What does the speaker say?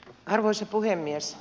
arvoisa puhemies